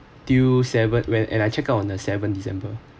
untill seven when and I check out on the seven december